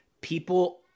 people